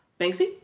Banksy